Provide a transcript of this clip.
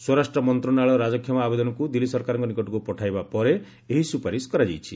ସ୍ୱରାଷ୍ଟ୍ର ମନ୍ତ୍ରଣାଳୟ ରାଜକ୍ଷମା ଆବେଦନକୁ ଦିଲ୍ଲୀ ସରକାରଙ୍କ ନିକଟକୁ ପଠାଇବା ପରେ ଏହି ସୁପାରିଶ କରାଯାଇଛି